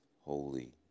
holy